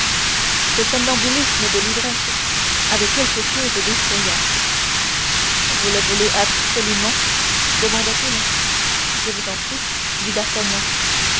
ce somnambulisme de l'ivresse avait quelque chose d'effrayant vous le voulez absolument demanda-t-il je vous en prie dit d'artagnan